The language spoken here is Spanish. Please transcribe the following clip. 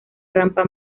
rampa